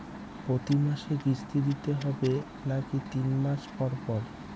প্রতিমাসে কিস্তি দিতে হবে নাকি তিন মাস পর পর?